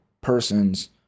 persons